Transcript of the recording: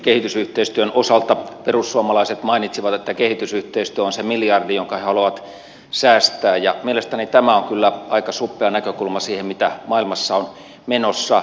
kehitysyhteistyön osalta perussuomalaiset mainitsivat että kehitysyhteistyö on se miljardi jonka he haluavat säästää ja mielestäni tämä on kyllä aika suppea näkökulma siihen mitä maailmassa on menossa